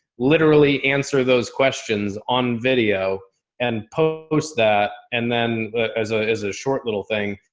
literally answer those questions on video and post that. and then as a, as a short little thing.